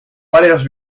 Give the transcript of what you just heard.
varias